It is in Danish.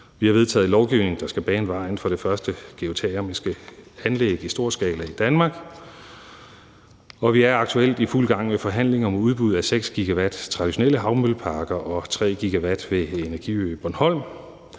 Vi har vedtaget lovgivning, der skal bane vejen for det første geotermiske anlæg i storskala i Danmark, og vi er aktuelt i fuld gang med forhandlinger om udbud af 6 GW traditionelle havmølleparker og 3 GW ved Energiø Bornholm.